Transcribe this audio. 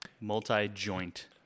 Multi-joint